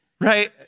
right